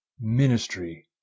ministry